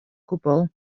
gwbl